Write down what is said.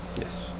yes